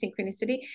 synchronicity